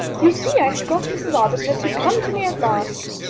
you see i have got mrs. arbuthnot to come to me at last.